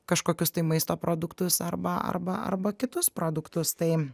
kažkokius tai maisto produktus arba arba arba kitus produktus tai